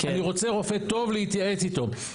אני רוצה רופא טוב להתייעץ איתו.